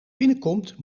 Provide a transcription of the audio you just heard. binnenkomt